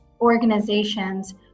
organizations